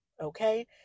okay